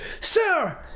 Sir